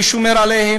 מי שומר עליהם?